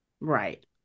Right